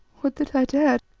would that i dared,